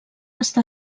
està